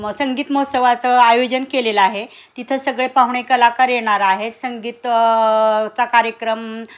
म संगीत महोत्सवाचं आयोजन केलेलं आहे तिथं सगळे पाहुणे कलाकार येणार आहेत संगीत चा कार्यक्रम